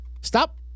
Stop